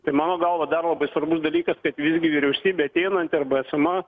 tai mano galva dar labai svarbus dalykas kad visgi vyriausybė ateinanti arba esama